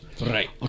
Right